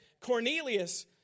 Cornelius